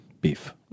Beef